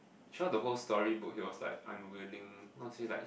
throughout the whole storybook he was like I'm willing not say like